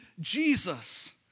Jesus